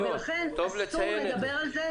טוב לציין את זה.